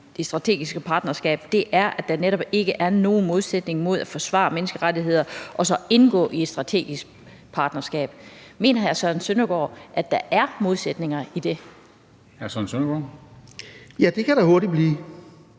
det strategiske partnerskab, er, at der netop ikke er nogen modsætning mellem at forsvare menneskerettigheder og så indgå i et strategisk partnerskab. Mener hr. Søren Søndergaard, at der er modsætninger i det? Kl. 20:20 Formanden